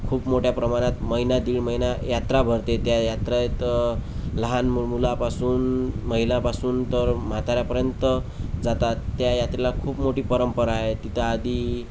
खूप मोठ्या प्रमाणात महिना दीड महिना यात्रा भरते त्या यात्रेत लहान म मुलापासून महिलापासून तर म्हाताऱ्यापर्यंत जातात त्या यात्रेला खूप मोठी परंपरा आहे तिथं आधी